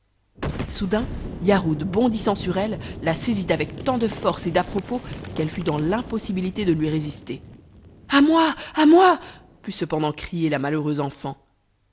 soudain yarhud bondissant sur elle la saisit avec tant de force et d'à-propos qu'elle fut dans l'impossibilité de lui résister a moi à moi put cependant crier la malheureuse enfant